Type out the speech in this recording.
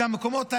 אלו המקומות האלה.